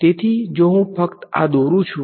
તેથી જો હું ફક્ત આ દોરું છુ